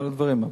כל הדברים.